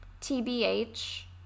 T-B-H